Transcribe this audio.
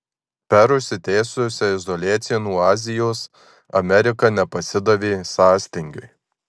per užsitęsusią izoliaciją nuo azijos amerika nepasidavė sąstingiui